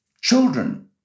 Children